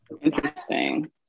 Interesting